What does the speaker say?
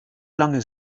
lange